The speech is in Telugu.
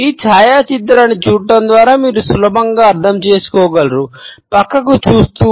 ఈ ఛాయాచిత్రాన్ని చూడటం ద్వారా మీరు సులభంగా అర్థం చేసుకోగలరు పక్కకి చూస్తూ